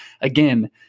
again